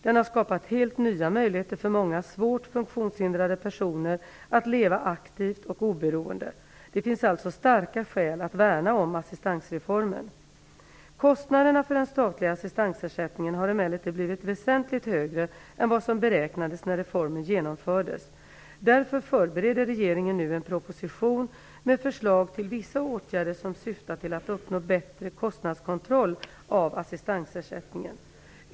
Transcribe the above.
Den har skapat helt nya möjligheter för många svårt funktionshindrade personer att leva aktivt och oberoende. Det finns alltså starka skäl att värna om assistansreformen. Kostnaderna för den statliga assistansersättningen har emellertid blivit väsentligt högre än vad som beräknades när reformen genomfördes. Därför förbereder regeringen nu en proposition med förslag till vissa åtgärder som syftar till att uppnå bättre kostnadskontroll av assistensersättningen.